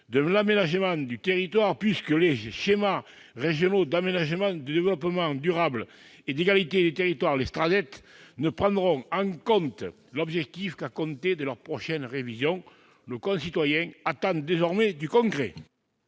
de l'aménagement du territoire, puisque les schémas régionaux d'aménagement, de développement durable et d'égalité des territoires, les SRADDET, ne prendront en compte l'objectif qu'à compter de leur prochaine révision. Nos concitoyens attendent désormais du concret